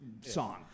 song